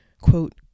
quote